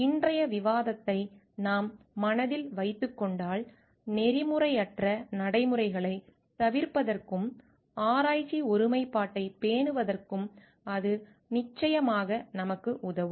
இன்றைய விவாதத்தை நாம் மனதில் வைத்துக் கொண்டால் நெறிமுறையற்ற நடைமுறைகளைத் தவிர்ப்பதற்கும் ஆராய்ச்சி ஒருமைப்பாட்டைப் பேணுவதற்கும் அது நிச்சயமாக நமக்கு உதவும்